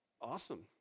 awesome